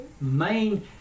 main